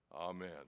Amen